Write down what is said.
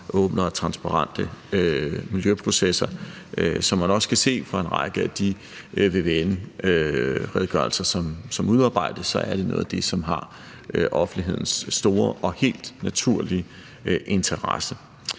åbne og transparente miljøprocesser. Som man også kan se af en række af de vvm-redegørelser, som udarbejdes, så er det noget af det, som har offentlighedens store og helt naturlige interesse.